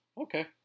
okay